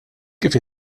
kif